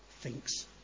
thinks